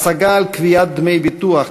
(השגה על קביעת דמי ביטוח),